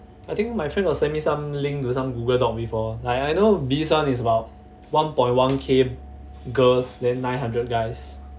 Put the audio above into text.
I think my friend got send me some link to some google doc before like I know biz one is about one point one K girls then nine hundred guys